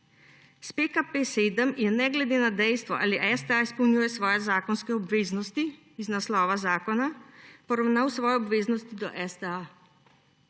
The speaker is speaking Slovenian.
S PKP7 je ne glede na dejstvo, ali STA izpolnjuje svoje zakonske obveznosti iz naslova zakona, poravnal svoje obveznosti do STA.